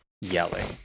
yelling